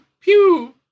pew